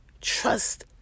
trust